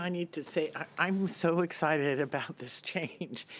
ah need to say, i'm so excited about this change,